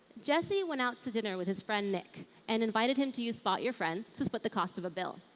jesse went out to dinner with his friend nick and invited him to you spot your friend to split the cost of a bill.